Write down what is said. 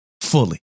fully